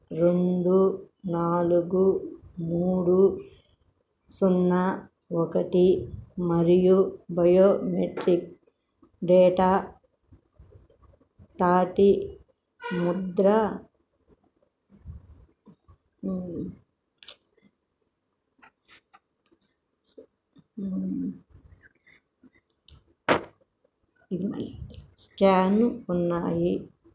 రెండు నాలుగు మూడు సున్నా ఒకటి మరియు బయోమెట్రిక్స్ డేటా తాటి ముద్ర స్కాను ఉన్నాయి